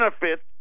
benefits